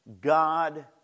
God